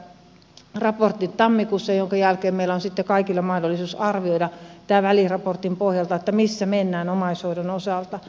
tämä raportti julkaistaan tammikuussa minkä jälkeen meillä on kaikilla mahdollisuus arvioida tämän väliraportin pohjalta missä mennään omaishoidon osalta